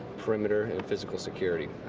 perimeter and physical security,